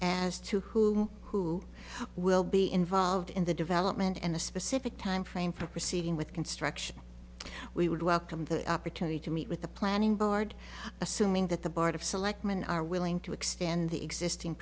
as to who who will be involved in the development and a specific time frame for proceeding with construction we would welcome the opportunity to meet with the planning board assuming that the board of selectmen are willing to extend the existing